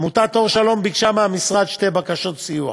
עמותת "אור שלום" ביקשה מהמשרד שתי בקשות סיוע: